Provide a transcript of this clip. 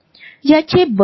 होय मला माझा कोट घेऊ दे